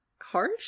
harsh